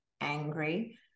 angry